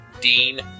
Dean